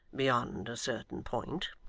beyond a certain point.